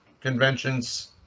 conventions